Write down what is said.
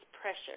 pressure